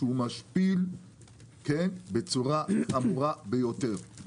שהוא משפיל בצורה חמורה ביותר.